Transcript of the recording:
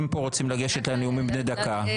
הם פה רוצים לגשת לנאומים בני דקה,